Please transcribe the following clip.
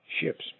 Ships